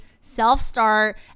self-start